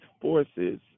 forces